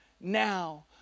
now